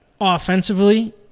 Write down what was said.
offensively